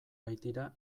baitira